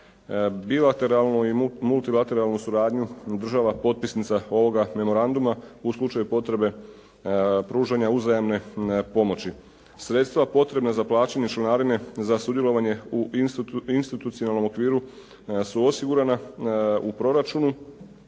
bilateralnu i multilateralnu suradnju država potpisnica ovoga memoranduma u slučaju potrebe pružanja uzajamne pomoći. Sredstva potrebna za plaćanje članarine za sudjelovanje u institucionalnom okviru su osigurana u proračunu,